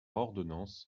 ordonnance